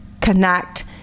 connect